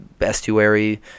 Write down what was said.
estuary